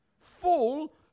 full